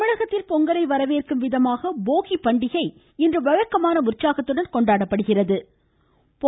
தமிழகத்தில் பொங்கலை வரவேற்கும் விதமாக போகிபண்டிகை இன்று வழக்கமான உற்சாகத்துடன் கொண்டாடப்படுகிறது